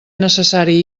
necessari